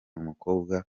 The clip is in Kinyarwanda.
umukobwa